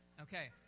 Okay